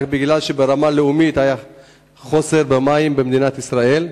רק משום שברמה הלאומית היה חוסר במים במדינת ישראל.